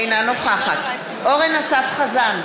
אינה נוכחת אורן אסף חזן,